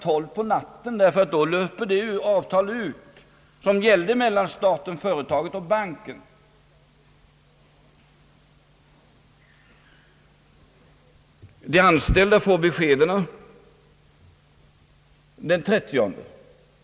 12 på natten, därför att det avtal som gällde mellan staten, företaget och banken löpte ut då. De anställda får besked den 30.